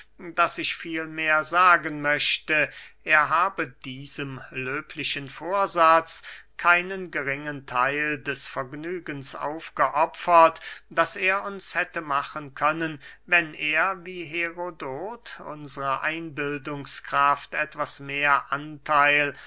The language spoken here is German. daß ich vielmehr sagen möchte er habe diesem löblichen vorsatz keinen geringen theil des vergnügens aufgeopfert das er uns hätte machen können wenn er wie herodot unsre einbildungskraft etwas mehr antheil